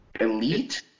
Elite